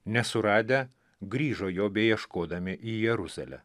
nesuradę grįžo jo beieškodami į jeruzalę